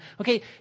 okay